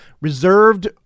reserved